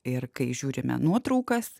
ir kai žiūrime nuotraukas